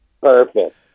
Perfect